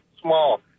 small